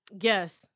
Yes